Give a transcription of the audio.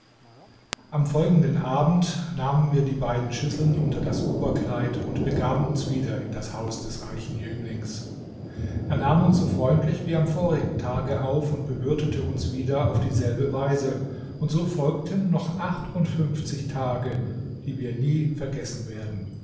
am folgenden abend nahmen wir die beiden schüsseln unter das oberkleid und begaben uns wieder in das haus des reichen jünglings er nahm uns so freundlich wie am vorigen tage auf und bewirtete uns wieder auf dieselbe weise und so folgten noch achtundfünfzig tage die wir nie vergessen werden